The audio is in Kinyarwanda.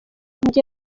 njye